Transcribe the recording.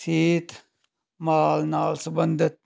ਸਿਹਤ ਨਾਲ ਨਾਲ ਸੰਬੰਧਿਤ